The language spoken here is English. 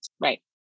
right